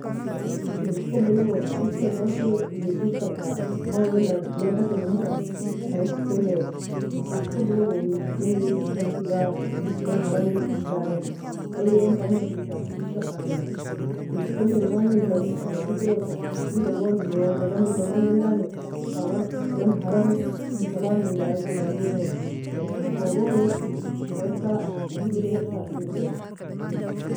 Telescope logo eska ghassei werie ka, magne log naldakei menieka fa ken niaro, en telescope logo wingi goo onatoi ga man haram darie aei teng fe eka aska fa near. In telescope magne eidan gnbikerosa wida goon doro dambie edo mengei entani fa man haram man samal men dareika fa goo naer, naeko gonei fa eska owen fergika erbaire